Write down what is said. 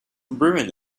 ruin